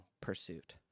pursuit